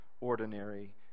ordinary